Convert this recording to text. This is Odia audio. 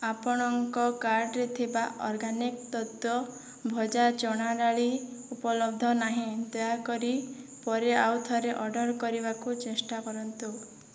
ଆପଣଙ୍କ କାର୍ଟ୍ରେ ଥିବା ଅର୍ଗାନିକ୍ ତତ୍ତ୍ଵ ଭଜା ଚଣା ଡାଲି ଉପଲବ୍ଧ ନାହିଁ ଦୟାକରି ପରେ ଆଉଥରେ ଅର୍ଡ଼ର କରିବାକୁ ଚେଷ୍ଟା କରନ୍ତୁ